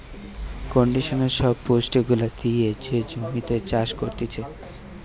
conditioner সব পুষ্টি গুলা দিয়ে যে জমিতে চাষ করতিছে